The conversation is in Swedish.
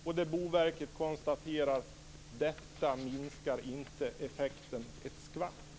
Boverket har redan konstaterat att detta inte minskar effekten ett skvatt.